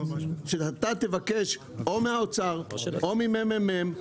אני רוצה שאתה תבקש מהאוצר או ממרכז המחקר והמידע